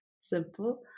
simple